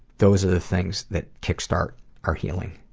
those are the things that kick starts our healing.